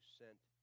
sent